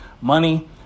money